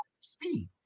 speed